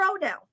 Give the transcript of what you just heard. now